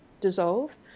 dissolve